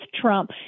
trump